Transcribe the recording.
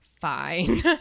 fine